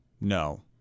No